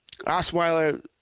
Osweiler